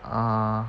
ah